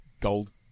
gold